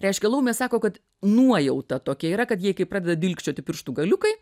reiškia laumė sako kad nuojauta tokia yra kad jei pradeda dilgčioti pirštų galiukai